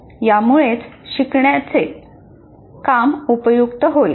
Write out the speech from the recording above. यामुळेच शिकण्याचे काम उपयुक्त होईल